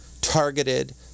targeted